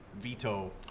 veto